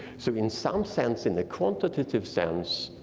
so in some sense, in the quantitative sense,